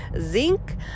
zinc